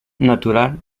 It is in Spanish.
natural